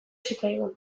zitzaigun